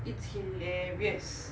it's hilarious